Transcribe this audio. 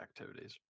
activities